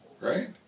right